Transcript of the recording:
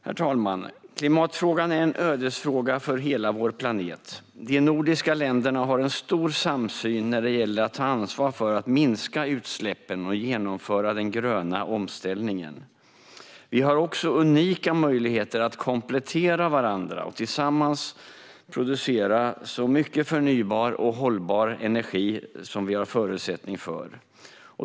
Herr talman! Klimatfrågan är en ödesfråga för hela vår planet. De nordiska länderna har en stor samsyn när det gäller att ta ansvar för att minska utsläppen och genomföra den gröna omställningen. Vi har också unika möjligheter att komplettera varandra och tillsammans producera så mycket förnybar och hållbar energi som det finns förutsättningar för.